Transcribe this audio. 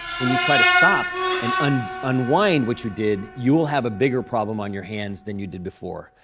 when you try to stop and and unwind what you did, you will have a bigger problem on your hands than you did before.